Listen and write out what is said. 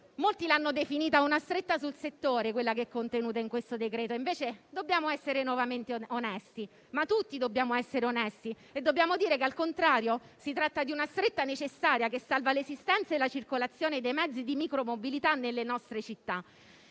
Molti l'hanno definita una stretta sul settore, quella che è contenuta in questo decreto, invece dobbiamo essere nuovamente onesti, ma dobbiamo esserlo tutti e dire che al contrario si tratta di una stretta necessaria che salva l'esistenza e la circolazione dei mezzi di micromobilità nelle nostre città.